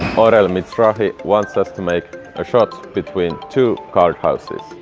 orel mizrahi wants us to make a shot between two card houses.